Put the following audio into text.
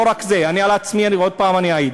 לא רק זה, אני על עצמי עוד הפעם אעיד: